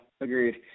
agreed